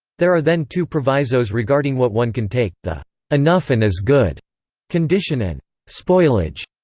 there are then two provisos regarding what one can take, the enough and as good condition and spoilage.